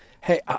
hey